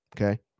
okay